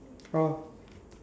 oh